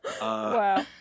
wow